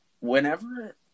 whenever